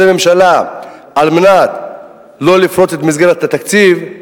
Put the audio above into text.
הממשלה כדי לא לפרוץ את מסגרת התקציב,